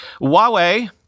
Huawei